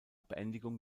beendigung